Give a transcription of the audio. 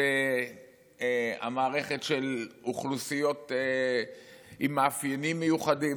המערכת של אוכלוסיות עם מאפיינים מיוחדים,